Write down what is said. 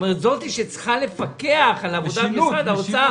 כלומר, זאת שצריכה לפקח על עבודת משרד האוצר